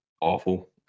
awful